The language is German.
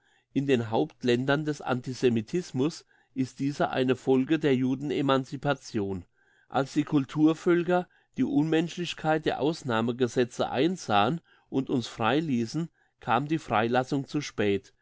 in den hauptländern des antisemitismus ist dieser eine folge der juden emancipation als die culturvölker die unmenschlichkeit der ausnahmegesetze einsahen und uns freiliessen kam die freilassung zu spät